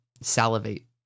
salivate